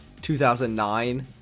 2009